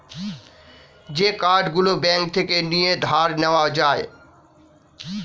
যে কার্ড গুলো ব্যাঙ্ক থেকে নিয়ে ধার নেওয়া যায়